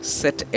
set